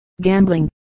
gambling